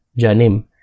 Janim